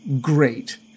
great